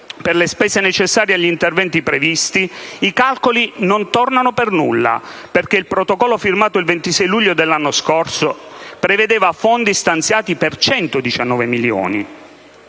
(per le spese necessarie agli interventi previsti), i calcoli non tornano per nulla, perché il protocollo firmato il 26 luglio dell'anno scorso prevedeva fondi stanziati per 119 milioni.